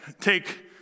take